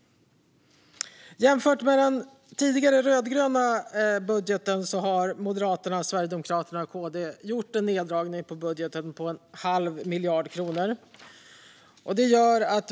Jämfört med den rödgröna budgeten har Moderaterna, Sverigedemokraterna och Kristdemokraterna gjort en neddragning i budgeten med en halv miljard kronor.